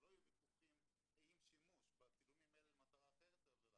שלא יהיו ויכוחים האם שימוש בצילומים האלה למטרה אחרת היא עבירה.